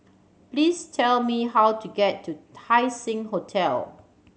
please tell me how to get to Haising Hotel